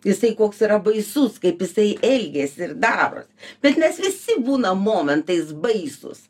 jisai koks yra baisus kaip jisai elgėsi ir daro bet mes visi būnam momentais baisūs